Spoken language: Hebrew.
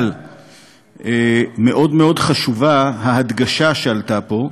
אבל מאוד מאוד חשובה ההדגשה שעלתה פה,